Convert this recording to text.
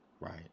Right